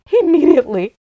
immediately